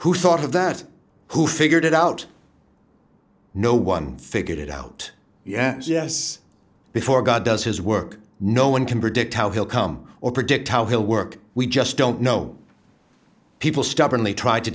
of that who figured it out no one figured it out yes yes before god does his work no one can predict how he'll come or predict how he'll work we just don't know people stubbornly tr